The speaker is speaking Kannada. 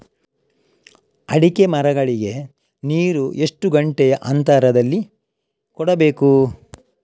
ಅಡಿಕೆ ಮರಗಳಿಗೆ ನೀರು ಎಷ್ಟು ಗಂಟೆಯ ಅಂತರದಲಿ ಕೊಡಬೇಕು?